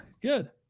good